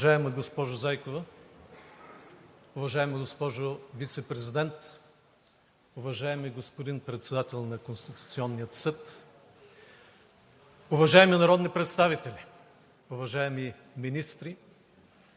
Уважаема госпожо Зайкова, уважаема госпожо Вицепрезидент, уважаеми господин Председател на Конституционния съд, уважаеми народни представители, уважаеми министри,